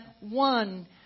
one